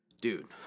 dude